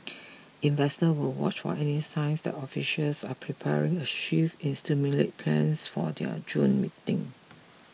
investors will watch why any signs that officials are preparing a shift in stimulus plans for their June meeting